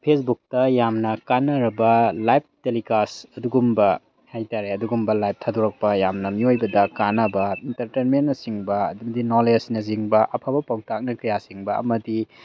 ꯐꯦꯁꯕꯨꯛꯇ ꯌꯥꯝꯅ ꯀꯥꯟꯅꯔꯕ ꯂꯥꯏꯐ ꯇꯦꯂꯤꯀꯥꯁ ꯑꯗꯨꯒꯨꯝꯕ ꯍꯥꯏꯇꯥꯔꯦ ꯑꯗꯨꯒꯨꯝꯕ ꯂꯥꯏꯐ ꯊꯥꯗꯣꯔꯛꯄ ꯌꯥꯝꯅ ꯃꯤꯑꯣꯏꯕꯗ ꯀꯥꯟꯅꯕ ꯏꯟꯇꯔꯇꯦꯟꯃꯦꯟꯅꯆꯤꯡꯕ ꯑꯗꯒꯤꯗꯤ ꯅꯣꯂꯦꯖꯅꯆꯤꯡꯕ ꯑꯐꯕ ꯄꯥꯎꯇꯥꯛꯅ ꯀꯌꯥꯅꯆꯤꯡꯕ ꯑꯃꯗꯤ